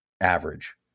average